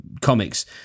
comics